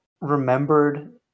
remembered